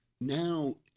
now